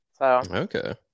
okay